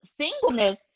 singleness